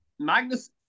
Magnus